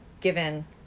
given